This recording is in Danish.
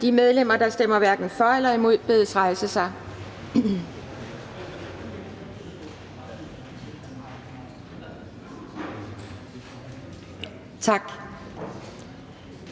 De medlemmer, der stemmer hverken for eller imod, bedes rejse sig. Tak.